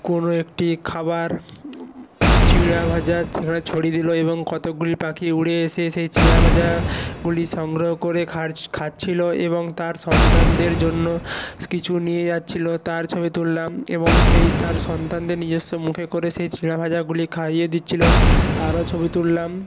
কোনো একটি খাবার চিড়া ভাজা ছড়িয়ে দিলো এবং কতকগুলি পাখি উড়ে এসে সেই চিড়া ভাজাগুলি সংগ্রহ করে খাচ্ছিলো এবং তার সন্তানদের জন্য কিছু নিয়ে যাচ্ছিলো তার ছবি তুললাম এবং সেই তার সন্তানদের নিজস্ব মুখে করে সেই চিড়া ভাজাগুলি খাইয়ে দিচ্ছিলো তারও ছবি তুললাম